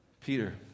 Peter